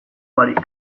barik